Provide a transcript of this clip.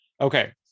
Okay